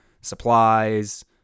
supplies